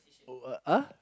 oh uh ah